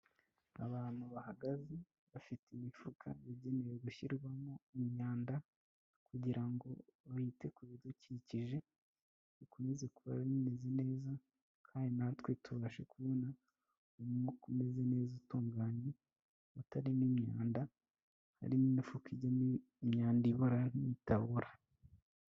Abantu bahagaze bafite imifuka igenewe gushyirwamo imyanda kugira ngo bite ku bidukikije bikomeze kuba bimeze neza, kandi natwe tubashe kubona umwuka umeze neza utunganye, utarimo imyanda. Harimo imifuka ijyamo imyanda ibora n'itabora.